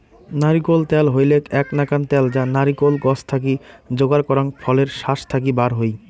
নারিকোল ত্যাল হইলেক এ্যাক নাকান ত্যাল যা নারিকোল গছ থাকি যোগার করাং ফলের শাস থাকি বার হই